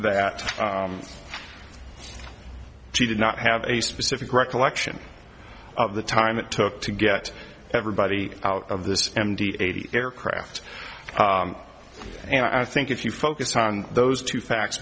that she did not have a specific recollection of the time it took to get everybody out of this m d eighty aircraft and i think if you focus on those two facts